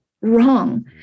wrong